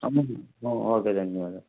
okay ధన్యవాదాలు